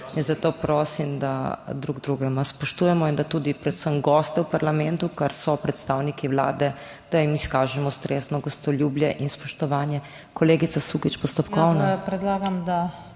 zato prosim, da drug drugega spoštujemo, in da tudi predvsem gostom v parlamentu, kar predstavniki Vlade so, izkažemo ustrezno gostoljubje in spoštovanje. Kolegica Sukič, postopkovno.